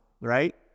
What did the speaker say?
right